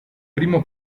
primo